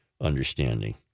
understanding